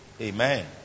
Amen